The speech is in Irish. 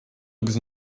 agus